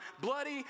bloody